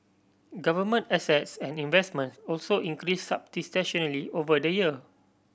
government assets and investments also increase substantially over the year